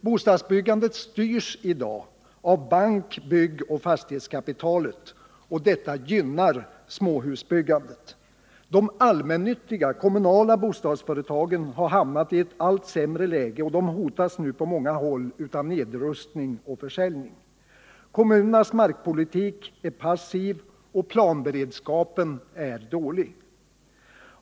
Bostadsbyggandet styrs i dag av bank-, byggoch fastighetskapitalet. Detta gynnar småhusbyggandet. De allmännyttiga, kommunala, bostadsföretagen har hamnat i ett allt sämre läge och hotas nu på många håll av nedrustning och försäljning. Kommunernas markpolitik är passiv och planberedskapen är dålig.